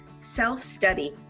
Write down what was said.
self-study